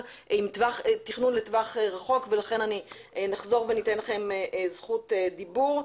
תכנון לטווח רחוק ולכן נחזור וניתן לכם זכות דיבור.